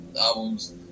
albums